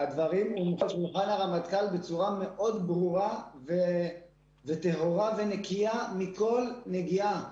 הדברים הובאו לרמטכ"ל בצורה מאוד ברורה וטהורה ונקייה מכל נגיעה.